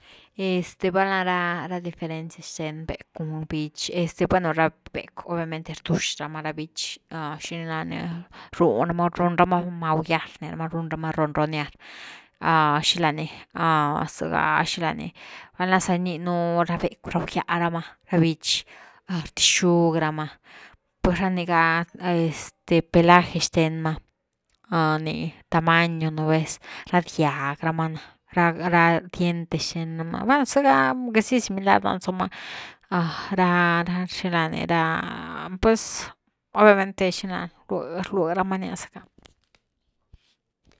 Este val na ra diferencias xthen becw cun bich, este bueno ra becw obviamente rdux rama, ra bich ah, xini lany run rama, runrama maullar rniraba, run rama ronronear xilany, zega xilany valna za gininu ra becw rawgya rama, ra bich rtixug rama pues ra ni ga este pelaje xthen rama ni, tamaño nú vez ra diag r ama ná ra dientes xthen rama bueno zega ah ra xila ni ra pues obviamente xilan rlërama nía zacka.